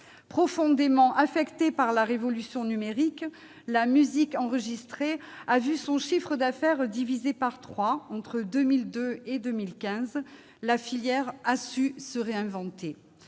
Profondément affectée par la révolution numérique- la musique enregistrée a vu son chiffre d'affaires divisé par trois entre 2002 et 2015 -, la filière a su se réinventer.